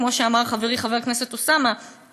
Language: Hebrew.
כמו שאמר חברי חבר הכנסת אוסאמה,